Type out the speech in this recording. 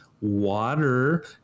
water